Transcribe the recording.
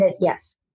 Yes